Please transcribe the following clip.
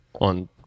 on